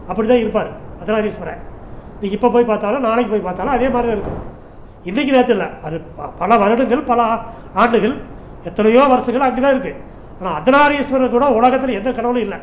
அப்படிதான் இருப்பார் அர்த்தநாரீஸ்வரர் இந்த இப்போ போய் பார்த்தாலும் நாளைக்கு போய் பார்த்தாலும் அதேமாதிரி தான் இருக்கும் இன்னைக்கு நேற்று இல்லை அது ப பல வருடங்கள் பல ஆண்டுகள் எத்தனையோ வருஷங்களாக அங்கே தான் இருக்குது ஆனால் அர்த்தனாரீஸ்வரர் உலகத்தில் எந்த கடவுளும் இல்லை